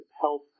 health